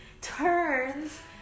turns